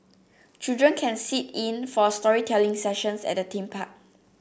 children can sit in for storytelling sessions at the theme park